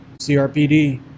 CRPD